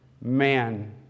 man